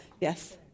Yes